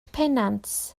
pennant